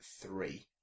three